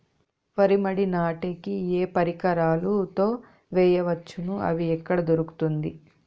వరి మడి నాటే కి ఏ పరికరాలు తో వేయవచ్చును అవి ఎక్కడ దొరుకుతుంది?